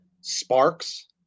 sparks